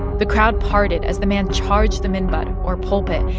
the crowd parted as the man charged the minbar, or pulpit,